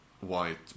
white